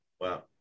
Wow